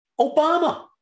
Obama